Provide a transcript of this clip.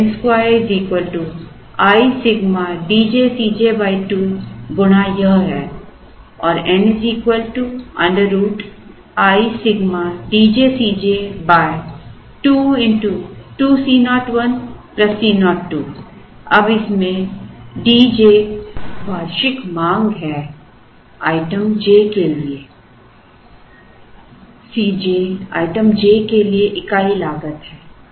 तो n 2 i Σ D j C j 2 गुणा यह है और n √ i Σ D j C j 2 2 C 0 1 C 0 2 अब इस में D j वार्षिक मांग है आइटम j के लिए C j आइटम j के लिए इकाई लागत है